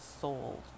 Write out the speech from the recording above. sold